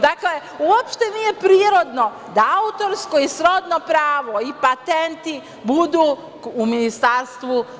Dakle, uopšte nije prirodno da autorsko i srodno pravo i patenti budu u vašem ministarstvu.